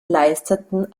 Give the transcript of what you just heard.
leisteten